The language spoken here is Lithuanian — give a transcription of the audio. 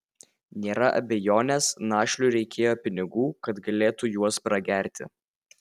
nėra abejonės našliui reikėjo pinigų kad galėtų juos pragerti